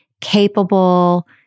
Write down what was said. capable